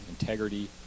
integrity